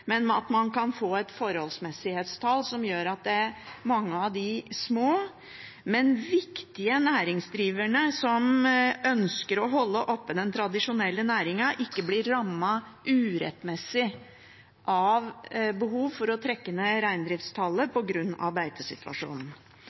men at man kan få et forholdsmessighetstall som gjør at mange av de små, men viktige næringsdriverne som ønsker å holde oppe den tradisjonelle næringen, ikke blir rammet urettmessig av behov for å trekke ned reindriftstallet på grunn av beitesituasjonen.